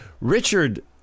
Richard